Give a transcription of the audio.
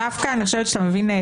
דווקא אני חושבת שאתה מבין נהדר.